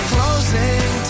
Closing